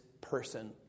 person